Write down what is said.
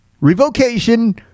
revocation